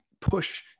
push